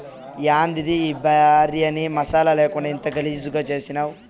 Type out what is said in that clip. యాందిది ఈ భార్యని మసాలా లేకుండా ఇంత గలీజుగా చేసినావ్